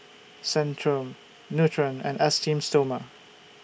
Centrum Nutren and Esteem Stoma